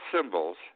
symbols